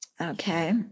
Okay